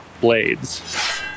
blades